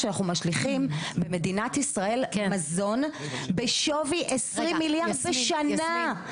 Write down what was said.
משליכים במדינת ישראל מזון שבשווי 20 מיליארד בשנה.